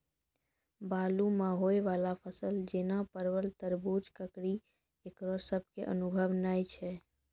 बालू मे होय वाला फसल जैना परबल, तरबूज, ककड़ी ईकरो सब के अनुभव नेय छै?